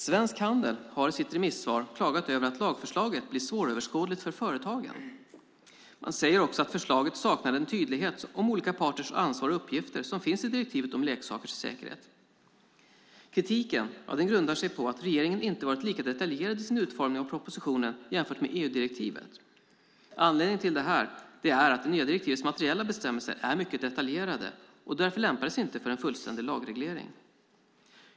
Svensk Handel har i sitt remissvar klagat över att lagförslaget blir svåröverskådligt för företagen. Man säger också att förslaget saknar den tydlighet om olika parters ansvar och uppgifter som finns i direktivet om leksakers säkerhet. Kritiken grundar sig på att regeringen inte varit lika detaljerad i sin utformning av propositionen jämfört med EU-direktivet. Anledningen till detta är att det nya direktivets materiella bestämmelser är mycket detaljerade och lämpar sig inte för en fullständig lagreglering.